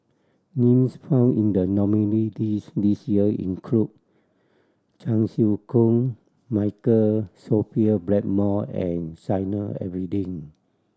names found in the nominee list this year include Chan Chew Koon Michael Sophia Blackmore and Zainal Abidin